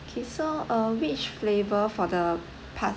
okay so uh which flavour for the pas~